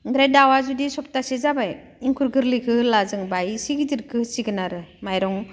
ओमफ्राय दाउवा जुदि सब्थाहसे जाबाय एंखुर गोरलैखो होला जों बा इसे गिदिरखौ होसिगोन आरो माइरं